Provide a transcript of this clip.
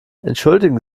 entschuldigen